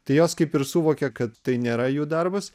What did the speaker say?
tai jos kaip ir suvokė kad tai nėra jų darbas